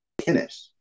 finish